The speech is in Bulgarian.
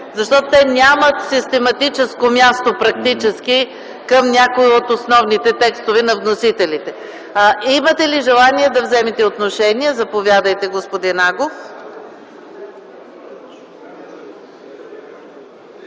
Защото те нямат систематическо място практически към някои от основните текстове на вносителите. Имате ли желание да вземете отношение? Заповядайте, господин Агов.